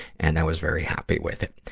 and i was very happy with it.